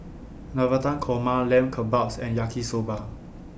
Navratan Korma Lamb Kebabs and Yaki Soba